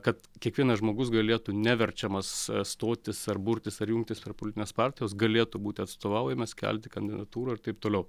kad kiekvienas žmogus galėtų neverčiamas stotis ar burtis ar jungtis prie politinės partijos galėtų būti atstovaujamas kelti kandidatūrą ir taip toliau